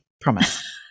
Promise